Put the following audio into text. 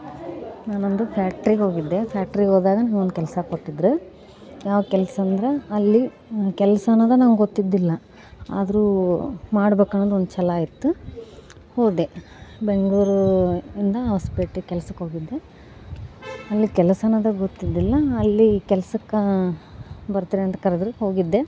ನಾನೊಂದು ಫ್ಯಾಕ್ಟ್ರಿಗೆ ಹೋಗಿದ್ದೆ ಫ್ಯಾಕ್ಟ್ರಿ ಹೋದಾಗ ನನಗೊಂದು ಕೆಲಸ ಕೊಟ್ಟಿದ್ರು ಯಾವ ಕೆಲ್ಸ ಅಂದ್ರ ಅಲ್ಲಿ ಕೆಲಸ ಅನ್ನೋದೆ ನಂಗೊತ್ತಿರ್ಲಿಲ್ಲ ಆದರೂ ಮಾಡ್ಬೇಕನ್ನೋದು ಒಂದು ಛಲ ಇತ್ತು ಹೋದೆ ಬೆಂಗಳೂರು ಇಂದ ಹೊಸಪೇಟೆ ಕೆಲ್ಸಕ್ಕೆ ಹೋಗಿದ್ದೆ ಅಲ್ಲಿ ಕೆಲಸ ಅನ್ನೋದೆ ಗೊತ್ತಿರ್ಲಿಲ್ಲ ಅಲ್ಲಿ ಕೆಲ್ಸಕ್ಕೆ ಬರ್ತೀಯಾ ಅಂತ ಕರ್ದ್ರು ಹೋಗಿದ್ದೆ